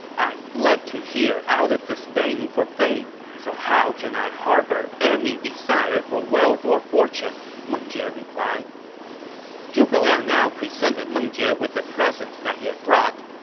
i fled to here out of disdain for fame, so how can i harbor any desire for wealth or fortune? meng jie replied zhuge liang now presented meng jie with the presents he had brought,